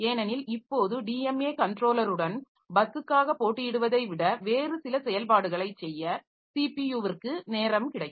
ஏனெனில் இப்போது டிஎம்ஏ கன்ட்ரோலருடன் பஸ்ஸுக்காக போட்டியிடுவதை விட வேறு சில செயல்பாடுகளை செய்ய ஸிபியுவிற்க்கு நேரம் கிடைக்கும்